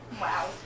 Wow